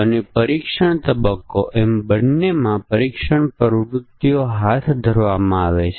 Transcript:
અને C 2a એ B ને બરાબર છે C 3 a એ c ને બરાબર છે